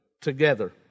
together